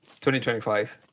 2025